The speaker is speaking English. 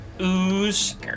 ooze